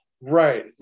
right